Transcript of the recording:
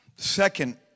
Second